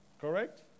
Correct